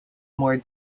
more